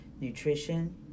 nutrition